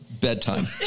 Bedtime